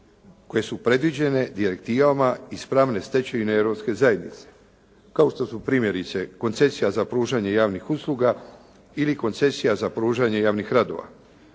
koje su predviđene direktivama iz pravne stečevine Europske zajednice kao što su primjerice: Koncesija za pružanje javnih usluga ili Koncesija za pružanje javnih radova.